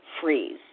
freeze